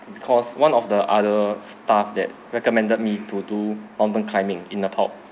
because one of the other staff that recommended me to do mountain climbing in nepal